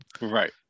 Right